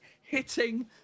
hitting